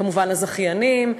כמובן הזכיינים,